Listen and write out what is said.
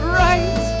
right